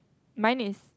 mine is